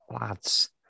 lads